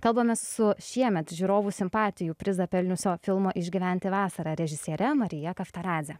kalbamės su šiemet žiūrovų simpatijų prizą pelniusio filmo išgyventi vasarą režisiere marija kaftaradze